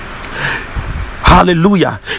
Hallelujah